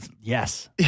Yes